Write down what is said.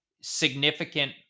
significant